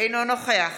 אינו נוכח